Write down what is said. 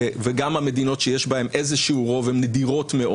וגם המדינות שיש בהן איזשהו רוב הן נדירות מאוד.